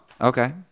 Okay